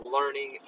learning